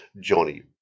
Johnny